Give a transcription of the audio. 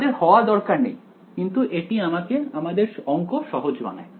তাদের হওয়ার দরকার নেই কিন্তু এটি আমাকে আমাদের অংক সহজ বানায়